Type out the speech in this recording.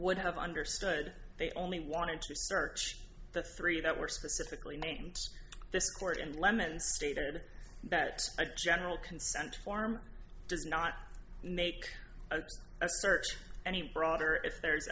would have understood they only wanted to search the three that were specifically named this court and lemon stated that general consent form does not make a search any broader if there